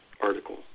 article